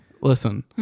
Listen